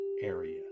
area